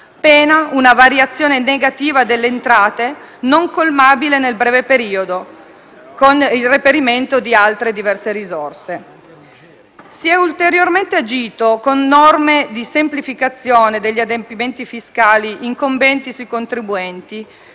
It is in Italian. pena una variazione negativa delle entrate, non colmabile nel breve periodo con il reperimento di altre diverse risorse. Si è ulteriormente agito con norme di semplificazione degli adempimenti fiscali incombenti sui contribuenti,